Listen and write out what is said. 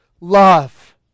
love